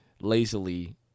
lazily